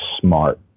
smart